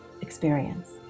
experience